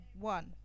one